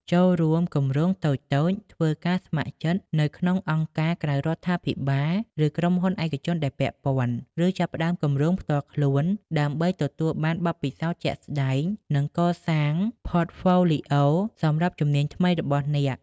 ចូលរួមគម្រោងតូចៗ ធ្វើការស្ម័គ្រចិត្តនៅក្នុងអង្គការក្រៅរដ្ឋាភិបាល ឬក្រុមហ៊ុនឯកជនដែលពាក់ព័ន្ធ ឬចាប់ផ្តើមគម្រោងផ្ទាល់ខ្លួនដើម្បីទទួលបានបទពិសោធន៍ជាក់ស្តែង និងកសាង Portfolio សម្រាប់ជំនាញថ្មីរបស់អ្នក។